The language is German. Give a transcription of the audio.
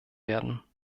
werden